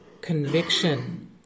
Conviction